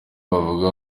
bavuga